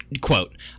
quote